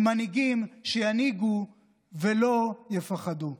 למנהיגים שינהיגו ולא יפחדו.